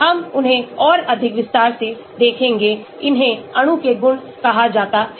हम उन्हें और अधिक विस्तार से देखेंगे इन्हें अणु के गुण कहा जाता है